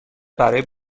برای